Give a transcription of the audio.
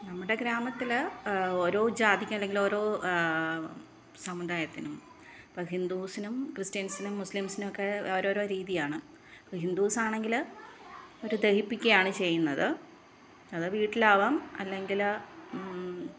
നമ്മുടെ ഗ്രാമത്തിൽ ഓരോ ജാതിക്ക് അല്ലെങ്കിൽ ഓരോ സമുദായത്തിനും ഹിന്ദൂസിനും ക്രിസ്ത്യന്സിനും മുസ്ലീംസിനും ഒക്കെ ഓരോ ഓരോ രീതിയാണ് ഹിന്ദൂസ് ആണെങ്കിൽ അവർ ദഹിപ്പിക്കാണ് ചെയ്യുന്നത് അത് വീട്ടിലാവാം അല്ലെങ്കിൽ